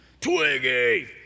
Twiggy